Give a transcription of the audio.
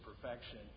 perfection